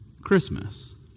Christmas